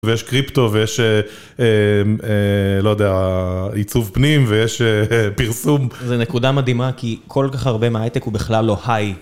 ויש קריפטו ויש, לא יודע, עיצוב פנים ויש פרסום. זה נקודה מדהימה כי כל כך הרבה מההיי טק הוא בכלל לא היי.